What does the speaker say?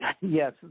yes